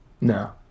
No